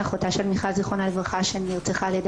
אחותה של מיכל זיכרונה לברכה שנרצחה על ידי